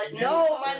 No